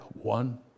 one